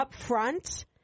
upfront